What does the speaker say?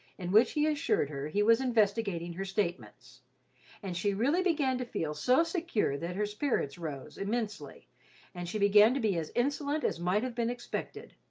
in which he assured her he was investigating her statements and she really began to feel so secure that her spirits rose immensely and she began to be as insolent as might have been expected.